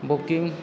booking